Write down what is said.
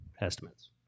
estimates